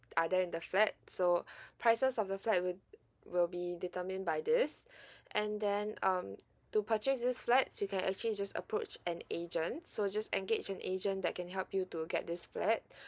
are there in the flats so prices of the flat will will be determined by this and then um to purchases this flats you can actually just approach an agent so just engage an agent that can help you to get this flat